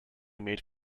made